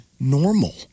normal